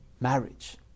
marriage